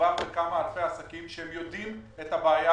מדובר בכמה אלפי עסקים שהם יודעים את הבעיה